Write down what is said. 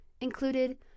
included